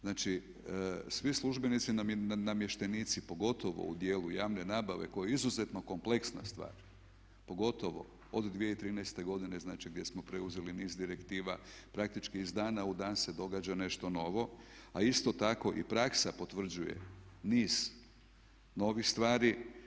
Znači, svi službenici namještenici pogotovo u dijelu javne nabave koja je izuzetno kompleksna stvar pogotovo od 2013. godine, znači gdje smo preuzeli niz direktiva praktički iz dana u dan se događa nešto novo, a isto tako i praksa potvrđuje niz novih stvari.